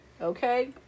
okay